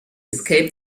escape